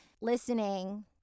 listening